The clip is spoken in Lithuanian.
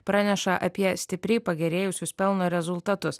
praneša apie stipriai pagerėjusius pelno rezultatus